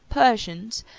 persians,